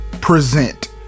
present